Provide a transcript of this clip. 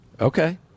Okay